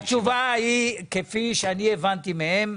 התשובה, כפי שהבנתי מהם,